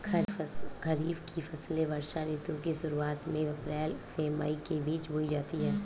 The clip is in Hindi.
खरीफ की फसलें वर्षा ऋतु की शुरुआत में अप्रैल से मई के बीच बोई जाती हैं